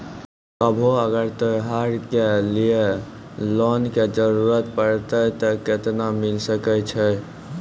कभो अगर त्योहार के लिए लोन के जरूरत परतै तऽ केना मिल सकै छै?